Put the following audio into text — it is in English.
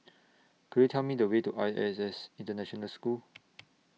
Could YOU Tell Me The Way to I S S International School